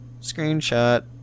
Screenshot